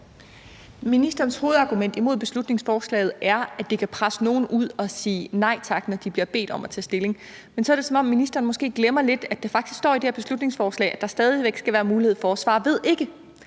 Ministerens hovedargument imod beslutningsforslaget er, at det kan presse nogle ud i at sige »Nej tak«, når de bliver bedt om at tage stilling. Men så er det, som om ministeren måske lidt glemmer, at det faktisk står i det her beslutningsforslag, at der stadig væk skal være mulighed for at svare »Ved ikke«.